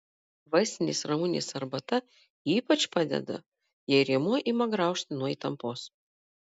vaistinės ramunės arbata ypač padeda jei rėmuo ima graužti nuo įtampos